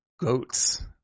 goats